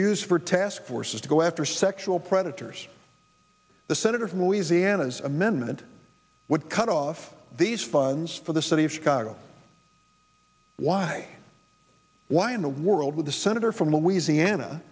use for task forces to go after sexual predators the senator from louisiana is amendment would cut off these funds for the city of chicago why why in the world with a senator from louisiana